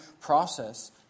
process